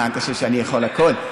מה, אתה חושב שאני יכול הכול?